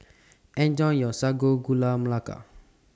Enjoy your Sago Gula Melaka